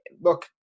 look